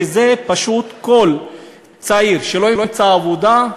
וזה פשוט, כל צעיר שלא ימצא עבודה,